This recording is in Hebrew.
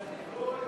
נתקבלו.